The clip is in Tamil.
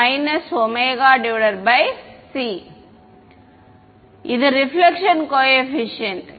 எனவே kr ω c இது ரெபிலெக்ஷன் கோஏபிசிஎன்ட்